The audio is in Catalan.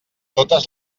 totes